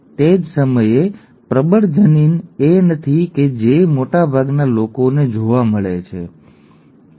તે જ સમયે પ્રબળ જનીન એ નથી કે જે મોટાભાગના લોકો જોવા મળે છે ઠીક છે